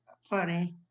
funny